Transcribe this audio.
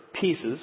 pieces